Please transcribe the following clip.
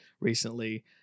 recently